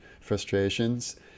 frustrations